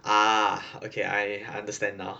ah okay I understand now